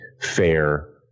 fair